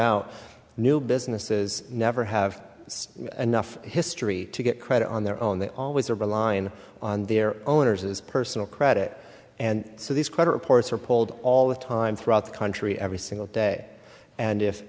out new businesses never have enough history to get credit on their own they always are relying on their owners as personal credit and so these credit reports are pulled all the time throughout the country every single day and if